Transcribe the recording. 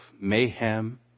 mayhem